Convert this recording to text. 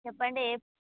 చెప్పండి